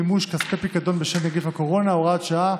מימוש כספי פיקדון בשל נגיף הקורונה) (הוראת שעה),